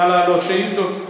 נא לענות על שאילתות.